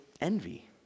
envy